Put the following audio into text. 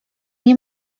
nie